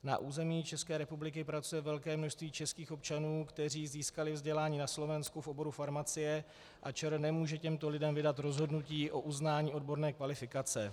Na území České republiky pracuje velké množství českých občanů, kteří získali vzdělání na Slovensku v oboru farmacie a ČR nemůže těmto lidem vydat rozhodnutí o uznání odborné kvalifikace.